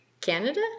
Canada